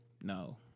No